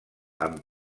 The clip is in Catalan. amb